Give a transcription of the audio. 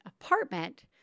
apartment